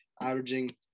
averaging